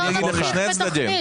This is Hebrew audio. מה אכפת לכם?